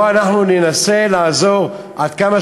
לא, אבל גם הקשישים נמצאים במצוקה.